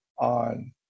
on